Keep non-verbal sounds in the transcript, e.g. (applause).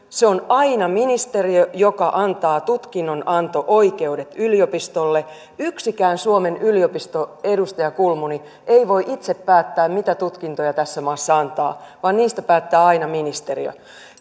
(unintelligible) se on aina ministeriö joka antaa tutkinnonanto oikeudet yliopistolle yksikään suomen yliopisto edustaja kulmuni ei voi itse päättää mitä tutkintoja tässä maassa antaa vaan niistä päättää aina ministeriö